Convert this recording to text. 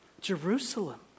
Jerusalem